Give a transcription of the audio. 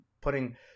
putting